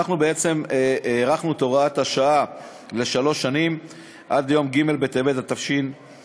אנחנו בעצם הארכנו את הוראת השעה לשלוש שנים עד יום ג' בטבת התש"פ,